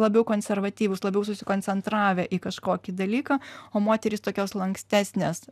labiau konservatyvūs labiau susikoncentravę į kažkokį dalyką o moterys tokios lankstesnės